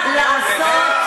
ולענות על שאלות מה לעשות,